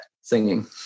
singing